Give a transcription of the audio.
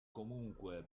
comunque